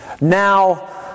Now